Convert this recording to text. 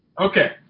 Okay